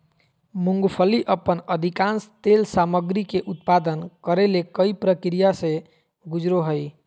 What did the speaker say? मूंगफली अपन अधिकांश तेल सामग्री के उत्पादन करे ले कई प्रक्रिया से गुजरो हइ